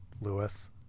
Lewis